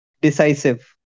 decisive